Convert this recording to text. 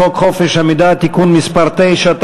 את הצעת חוק חופש המידע (תיקון מס' 9)